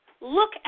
look